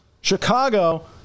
chicago